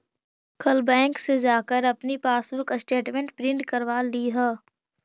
कल बैंक से जाकर अपनी पासबुक स्टेटमेंट प्रिन्ट करवा लियह